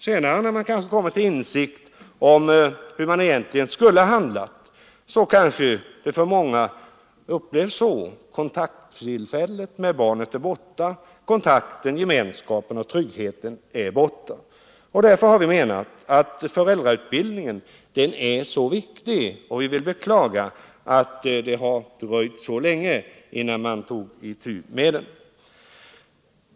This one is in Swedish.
Senare, när man kommit till insikt om hur man egentligen skulle ha handlat, upplevs situationen kanske av många så att tillfället till kontakt med barnet har gått förlorat — kontakten, gemenskapen och tryggheten är borta. Därför är föräldrautbildningen så viktig, och det är att beklaga att det har dröjt så länge innan man tog itu med den.